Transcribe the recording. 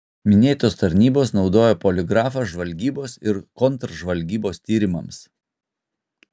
minėtos tarnybos naudoja poligrafą žvalgybos ir kontržvalgybos tyrimams